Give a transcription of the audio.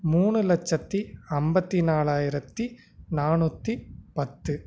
மூணு லட்சத்தி ஐம்பத்தி நாலாயிரத்தி நானூற்றி பத்து